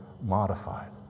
modified